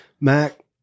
Mac